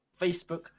Facebook